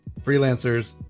freelancers